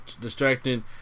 distracting